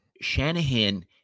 Shanahan